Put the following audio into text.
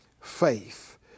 faith